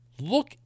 Look